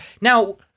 now